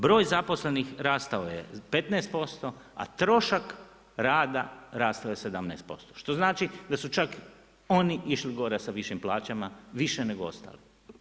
Broj zaposlenih rastao je 15%,a trošak rada raslo je 17% što znači da su čak oni išli gore sa višim plaćama više nego ostali.